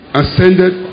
ascended